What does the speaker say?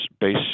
base